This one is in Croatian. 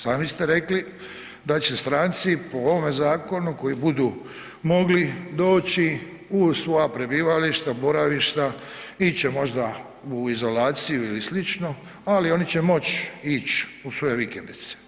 Sami ste rekli da će stranci po ovome zakonu koji budu mogli doći u svoja prebivališta, boravišta, ići će možda u izolaciju ili slično, ali oni će moć ić u svoje vikendice.